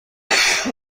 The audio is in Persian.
اسم